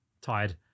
tired